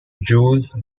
jews